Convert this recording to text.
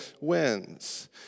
wins